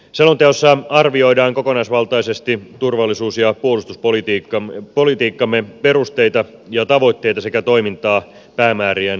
selonteossa arvioidaan kokonaisvaltaisesti turvallisuus ja puolustuspolitiikkamme perusteita ja tavoitteita sekä toimintaa päämäärien saavuttamiseksi